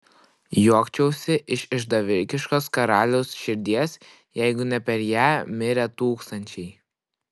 juokčiausi iš išdavikiškos karaliaus širdies jeigu ne per ją mirę tūkstančiai